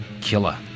Killer